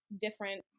different